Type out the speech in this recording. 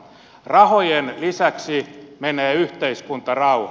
rahojen lisäksi menee yhteiskuntarauha